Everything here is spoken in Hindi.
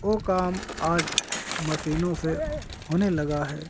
वो काम आज मसीनों से होने लगा है